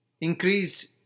Increased